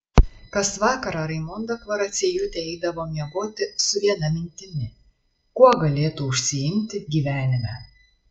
kas vakarą raimonda kvaraciejūtė eidavo miegoti su viena mintimi kuo galėtų užsiimti gyvenime